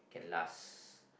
can last